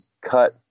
cut